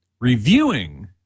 reviewing